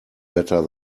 better